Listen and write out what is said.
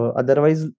otherwise